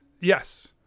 Yes